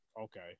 Okay